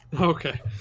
Okay